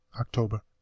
October